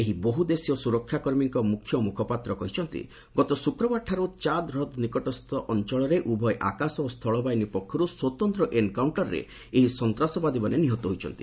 ଏହି ବହୃଦେଶୀୟ ସୁରକ୍ଷାକର୍ମୀଙ୍କ ମୁଖ୍ୟ ମୁଖପାତ୍ର କହିଛନ୍ତି ଗତ ଶୁକରବାରଠାରୁ ଚାଦ୍ ହ୍ରଦ ନିକଟସ୍ଥ ଅଞ୍ଚଳରେ ଉଭୟ ଆକାଶ ଓ ସ୍ଥଳ ବାହିନୀ ପକ୍ଷରୁ ସ୍ୱତନ୍ତ୍ର ଏନ୍କାଉଣ୍ଟର୍ରେ ଏହି ସନ୍ତାସବାଦୀମାନେ ନିହତ ହୋଇଛନ୍ତି